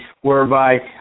whereby